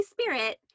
Spirit